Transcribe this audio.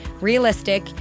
realistic